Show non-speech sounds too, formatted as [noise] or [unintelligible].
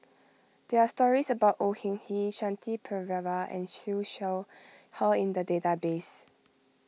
there are stories about Au Hing [unintelligible] Shanti Pereira and Siew Shaw Her in the database